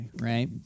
Right